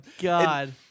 God